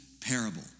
parable